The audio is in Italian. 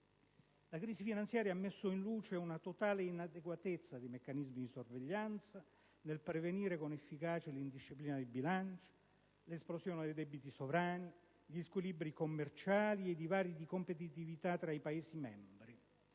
La crisi finanziaria ha messo in luce una totale inadeguatezza dei meccanismi di sorveglianza nel prevenire con efficacia l'indisciplina di bilancio, l'esplosione dei debiti sovrani, gli squilibri commerciali e i divari di competitività tra i Paesi membri.